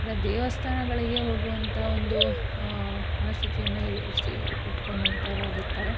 ಇಲ್ಲ ದೇವಸ್ಥಾನಗಳಿಗೆ ಹೋಗುವಂಥ ಒಂದು ಮನಸ್ಥಿತಿಯನ್ನು ಇಟ್ಕೊಂಡಂಥವರಾಗಿರ್ತಾರೆ